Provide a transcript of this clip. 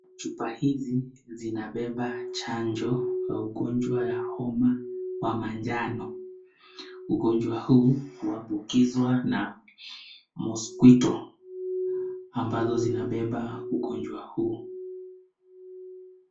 Chupa hizi zinabeba chanjo ya ugonjwa ya homa ya manjano. Ugonjwa huu huambukizwa na mosquito ambazo zinabeba ugonjwa huu.